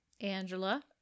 Angela